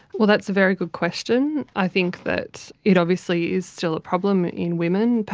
well, that's a very good question. i think that it obviously is still a problem in women,